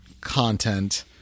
content